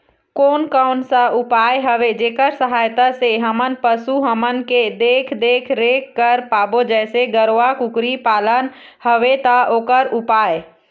कोन कौन सा उपाय हवे जेकर सहायता से हम पशु हमन के देख देख रेख कर पाबो जैसे गरवा कुकरी पालना हवे ता ओकर उपाय?